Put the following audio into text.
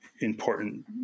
important